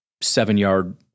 seven-yard